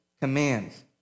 commands